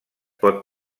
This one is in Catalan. pot